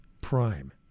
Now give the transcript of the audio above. prime